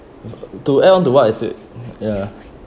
to add on to what I said ya